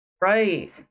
Right